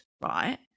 right